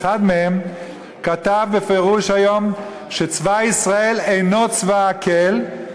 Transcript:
אחד מהם כתב בפירוש היום שצבא ישראל אינו צבא האל,